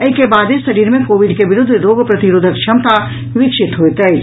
एहि के बादे शरीर मे कोविड के विरूद्व रोग प्रतिरोधक क्षमता विकसित होयत अछि